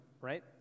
right